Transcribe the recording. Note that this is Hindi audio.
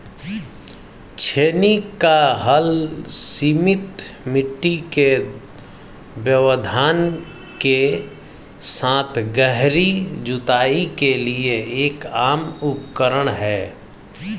छेनी का हल सीमित मिट्टी के व्यवधान के साथ गहरी जुताई के लिए एक आम उपकरण है